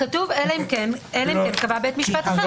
כתוב "אלא אם כן קבע בית המשפט אחרת".